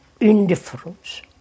indifference